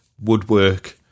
woodwork